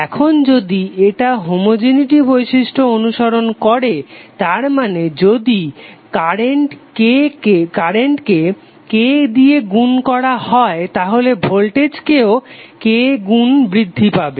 এখন যদি এটা হোমোজেনেটি বৈশিষ্ট্য অনুসরন করে তার মানে যদি কারেন্ট K গুন বৃদ্ধি পায় তাহলে ভোল্টেজও K গুন বৃদ্ধি পাবে